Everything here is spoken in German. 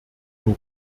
nur